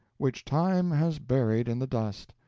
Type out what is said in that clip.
which time has buried in the dust,